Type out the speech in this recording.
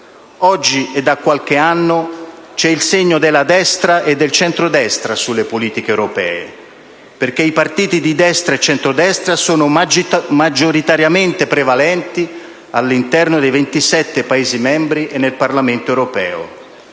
Oggi - e da qualche anno - c'è il segno della destra e del centrodestra sulle politiche europee, perché i partiti di destra e di centrodestra sono maggioritariamente prevalenti all'interno dei 27 Paesi membri e nel Parlamento europeo: